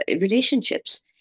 relationships